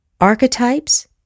archetypes